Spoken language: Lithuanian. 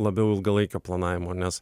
labiau ilgalaikio planavimo nes